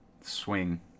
Swing